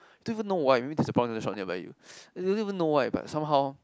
don't even know why maybe the prawn noodle shop nearby you don't even know why but somehow